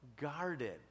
guarded